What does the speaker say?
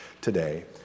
today